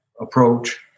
approach